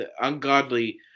Ungodly